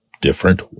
different